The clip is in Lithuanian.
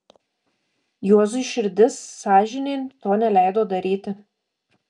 juozui širdis sąžinė to neleido daryti